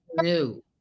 new